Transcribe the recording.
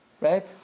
right